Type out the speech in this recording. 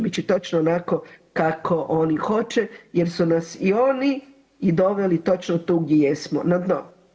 Bit će točno onako kako oni hoće, jer su nas i oni i doveli točno tu gdje jesmo, na dno.